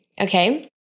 Okay